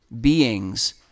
beings